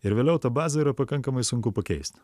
ir vėliau tą bazę yra pakankamai sunku pakeist